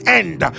end